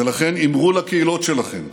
ולכן אמרו לקהילות שלכם: